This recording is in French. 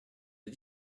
des